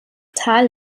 tal